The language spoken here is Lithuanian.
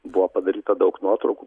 buvo padaryta daug nuotraukų